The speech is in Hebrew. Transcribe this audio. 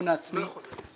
הכול היה אמור להסתדר להם.